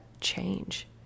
change